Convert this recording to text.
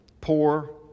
poor